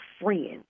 friends